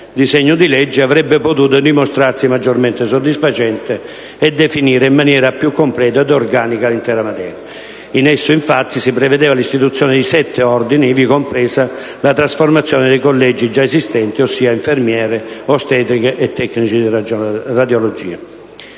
quel disegno di legge avrebbe potuto dimostrarsi maggiormente soddisfacente e definire in maniera più completa ed organica l'intera materia. In esso infatti si prevedeva l'istituzione di sette ordini, ivi compresa la trasformazione dei collegi già esistenti, ossia infermiere, ostetrica e tecnico di radiologia.